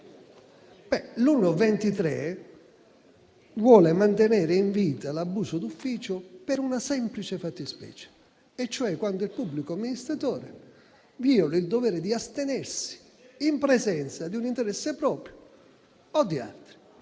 1.23 vuole mantenere in vita il reato di abuso d'ufficio per una semplice fattispecie, e cioè quando il pubblico amministratore violi il dovere di astenersi in presenza di un interesse proprio o di altri.